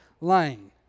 lane